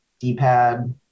D-pad